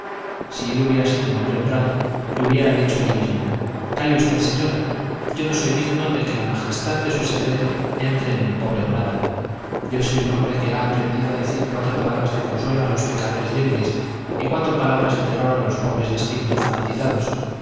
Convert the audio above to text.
si él hubiera sido un hombre honrado le hubiera dicho allí mismo calle usted señora yo no soy digno de que la majestad de su secreto entre en mi pobre morada yo soy un hombre que ha aprendido a decir cuatro palabras de consuelo a los pecadores débiles y cuatro palabras de terror a los pobres de espíritu fanatizados